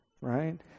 Right